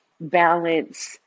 balance